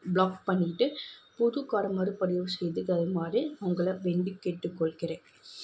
block பண்ணிட்டு புது கார்டை மறுபதிவு செய்து தருமாறு உங்களை வேண்டிக் கேட்டுக்கொள்கிறேன்